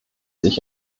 sich